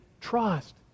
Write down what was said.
trust